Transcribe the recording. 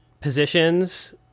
positions